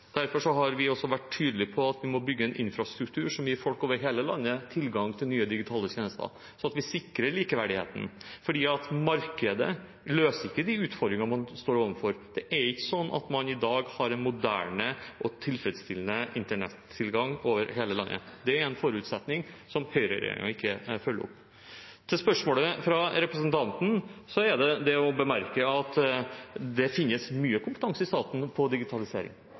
Derfor har vi også vært tydelige på at vi må bygge en infrastruktur som gir folk over hele landet tilgang til nye digitale tjenester, sånn at vi sikrer likeverdigheten. Markedet løser ikke de utfordringene man står overfor. Det er ikke sånn at man i dag har en moderne og tilfredsstillende internettilgang over hele landet. Det er en forutsetning som høyreregjeringen ikke følger opp. Til spørsmålet fra representanten er det det å bemerke at det finnes mye kompetanse om digitalisering i staten.